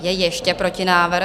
Je ještě protinávrh?